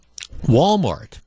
Walmart